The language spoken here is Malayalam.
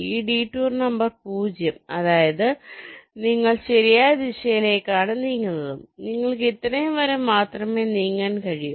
ഈ ഡിടൂർ നമ്പർ പൂജ്യം അതായത് നിങ്ങൾ ശരിയായ ദിശയിലാണ് നീങ്ങുന്നത് നിങ്ങൾക്ക് ഇത്രയും വരെ മാത്രമേ നീങ്ങാൻ കഴിയൂ